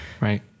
right